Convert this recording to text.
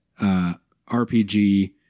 RPG